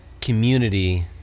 community